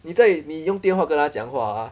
你在你用电话跟她讲话 ah